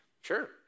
Sure